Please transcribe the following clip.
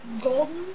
golden